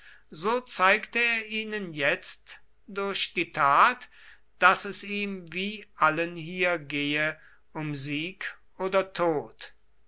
so zeigte er ihnen jetzt durch die tat daß es ihm wie allen hier gehe um sieg oder tod